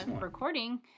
recording